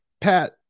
Pat